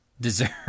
deserve